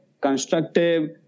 constructive